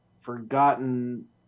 forgotten